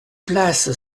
place